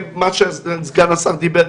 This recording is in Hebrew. מה שסגן השר דיבר,